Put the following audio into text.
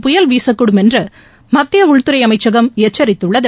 புயல் வீசக்கூடும் என்று மத்திய உள்துறை அமைச்சகம் எச்சரித்துள்ளது